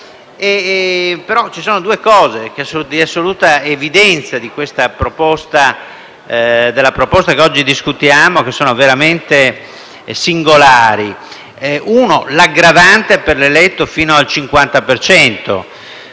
ma ci sono due cose di assoluta evidenza, nella proposta che oggi discutiamo, che sono veramente singolari. La prima è l'aggravante per l'eletto, che